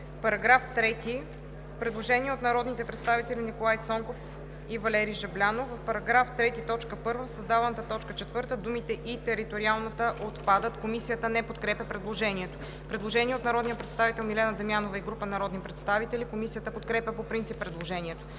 По § 3 има предложение от народните представители Николай Цонков и Валери Жаблянов: „В § 3, т. 1 в създаваната т. 4 думите „и териториалната“ – отпадат.“ Комисията не подкрепя предложението. Предложение от народния представител Милена Дамянова и група народни представители. Комисията подкрепя по принцип предложението.